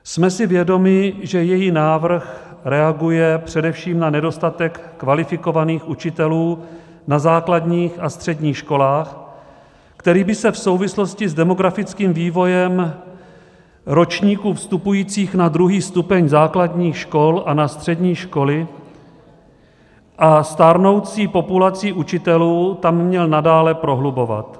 Jsme si vědomi, že její návrh reaguje především na nedostatek kvalifikovaných učitelů na základních a středních školách, který by se v souvislosti s demografickým vývojem ročníků vstupujících na druhý stupeň základních škol a na střední školy a stárnoucí populací učitelů tam měl nadále prohlubovat.